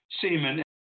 semen